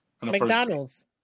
McDonald's